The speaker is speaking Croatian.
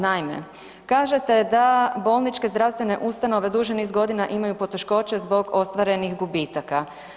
Naime, kažete da bolničke zdravstvene ustanove duži niz godina imaju poteškoća zbog ostvarenih gubitaka.